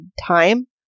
time